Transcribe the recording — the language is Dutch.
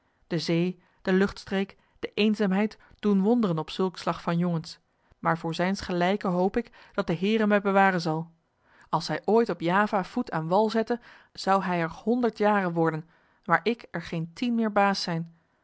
de zee de luchtstreek de eenzaamheid doen wonderen op zulk slag van jongens maar voor zijns gelijke hoop ik dat de heere mij bewaren zal als hij ooit op java voet aan wal zette zou hij er honderd jaren worden maar ik er geen tien meer baas zijn